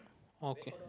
okay